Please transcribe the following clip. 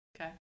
Okay